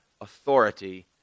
authority